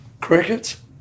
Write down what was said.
crickets